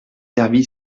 servi